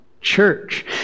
church